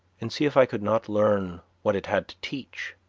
and see if i could not learn what it had to teach,